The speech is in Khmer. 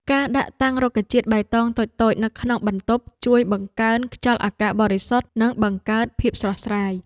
ការដាក់តាំងរុក្ខជាតិបៃតងតូចៗនៅក្នុងបន្ទប់ជួយបង្កើនខ្យល់អាកាសបរិសុទ្ធនិងបង្កើតភាពស្រស់ស្រាយ។